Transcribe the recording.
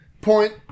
Point